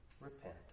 Repent